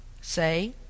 Say